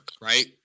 right